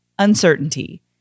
uncertainty